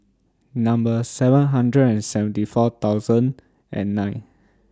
Number seven hundred and seventy four thousand and nine